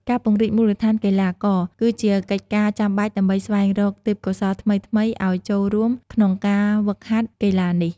ការពង្រីកមូលដ្ឋានកីឡាករគឺជាកិច្ចការចាំបាច់ដើម្បីស្វែងរកទេពកោសល្យថ្មីៗអោយចូលរួមក្នុងការវឹកហាត់កីឡានេះ ។